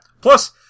Plus